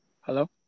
hello